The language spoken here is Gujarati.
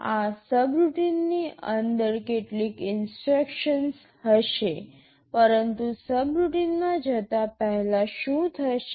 આ સબરૂટિનની અંદર કેટલીક ઇન્સટ્રક્શન્સ હશે પરંતુ સબરૂટિનમાં જતાં પહેલાં શું થશે